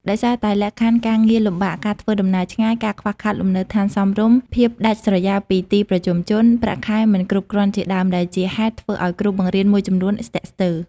ដោយសារតែលក្ខខណ្ឌការងារលំបាក ការធ្វើដំណើរឆ្ងាយ ការខ្វះខាតលំនៅឋានសមរម្យ ភាពដាច់ស្រយាលពីទីប្រជុំជន ប្រាក់ខែមិនគ្រប់គ្រាន់ជាដើម ដែលជាហេតុធ្វើឲ្យគ្រូបង្រៀនមួយចំនួនស្ទាក់ស្ទើរ។